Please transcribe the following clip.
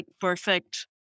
perfect